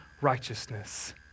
righteousness